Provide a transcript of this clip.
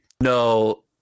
No